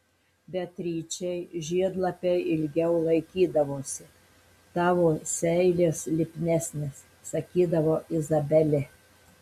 beatričei žiedlapiai ilgiau laikydavosi tavo seilės lipnesnės sakydavo izabelė